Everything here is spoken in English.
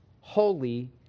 holy